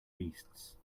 beasts